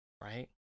Right